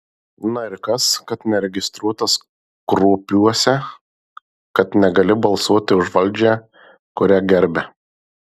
na ir kas kad neregistruotas kruopiuose kad negali balsuoti už valdžią kurią gerbia